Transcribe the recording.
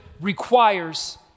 requires